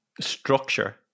structure